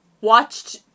watched